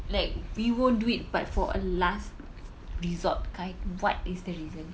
like we won't do it but for a last resort kind what is the reason